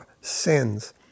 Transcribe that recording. sins